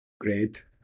Great